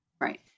Right